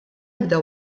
ebda